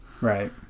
Right